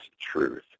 truth